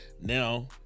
Now